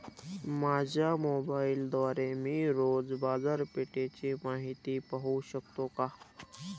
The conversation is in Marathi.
माझ्या मोबाइलद्वारे मी रोज बाजारपेठेची माहिती पाहू शकतो का?